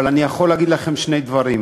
אבל אני יכול להגיד לכם שני דברים.